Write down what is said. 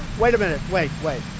wait a minute. wait. wait.